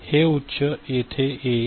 तर हे उच्च येथे येईल